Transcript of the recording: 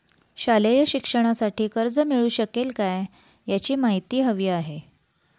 शालेय शिक्षणासाठी कर्ज मिळू शकेल काय? याची माहिती हवी आहे